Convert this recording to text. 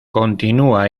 continúa